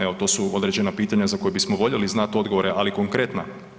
Evo to su određena pitanja za koja bismo voljeli znat odgovore, ali konkretna.